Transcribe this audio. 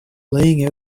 laying